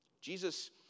Jesus